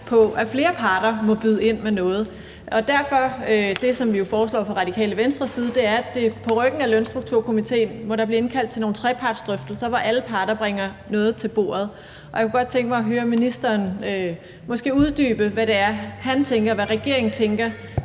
på, at flere parter må byde ind med noget. Det, som vi foreslår fra Radikale Venstres side, er, at der på ryggen af lønstrukturkomitéen må blive indkaldt til nogle trepartsdrøftelser, hvor alle parter bringer noget til bordet. Jeg kunne godt tænke mig at høre ministeren måske uddybe, hvad det er, han tænker, hvad regeringen tænker